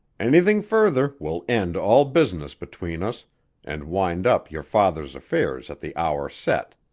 anything further will end all business between us and wind up your father's affairs at the hour set.